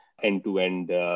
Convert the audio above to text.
end-to-end